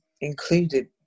included